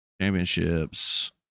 Championships